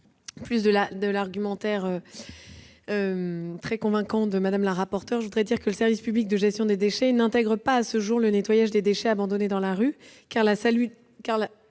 les arguments très convaincants avancés par Mme la rapporteure, j'indique que le service public de gestion des déchets n'intègre pas, à ce jour, le nettoyage des déchets abandonnés dans la rue,